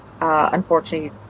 unfortunately